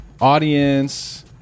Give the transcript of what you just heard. audience